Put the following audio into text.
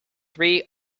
three